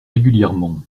régulièrement